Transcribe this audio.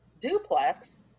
duplex